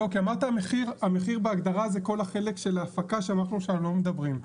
המחיר בהגדרה זה כל החלק של ההפקה שאנחנו עכשיו לא מדברים.